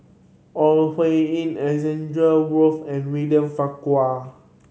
Ore Huiying Alexander Wolters and William Farquhar